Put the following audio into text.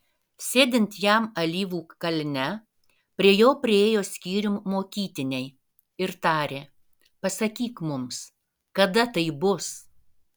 sėdint jam alyvų kalne prie jo priėjo skyrium mokytiniai ir tarė pasakyk mums kada tai bus